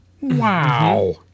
Wow